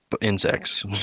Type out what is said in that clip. insects